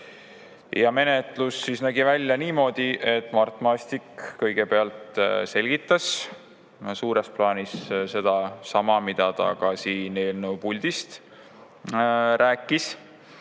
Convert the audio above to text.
Menetlus nägi välja niimoodi, et Mart Maastik kõigepealt selgitas suures plaanis sedasama, mida ta ka siin puldis rääkis.